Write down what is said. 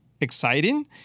exciting